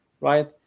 right